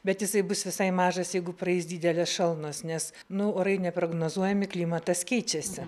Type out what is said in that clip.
bet jisai bus visai mažas jeigu praeis didelės šalnos nes nu orai neprognozuojami klimatas keičiasi